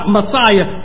Messiah